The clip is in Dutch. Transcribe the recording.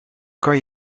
kan